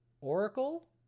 Oracle